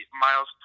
Miles